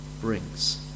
brings